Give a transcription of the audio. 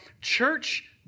church